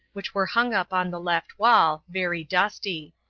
which were hung up on the left wall, very dusty.